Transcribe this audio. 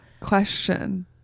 Question